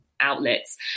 outlets